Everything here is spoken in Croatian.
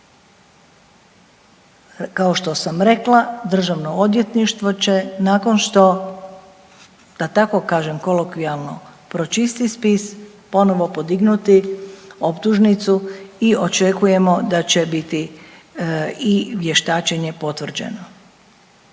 Kao što sam rekla državno odvjetništvo će nakon što da tako kažem kolokvijalno pročisti spis ponovo podignuti optužnicu i očekujemo da će biti i vještačenje potvrđeno.